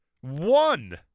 one